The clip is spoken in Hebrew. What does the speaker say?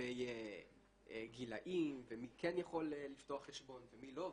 לגבי גילאים ומי כן יכול לפתוח חשבון ומי לא.